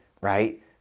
right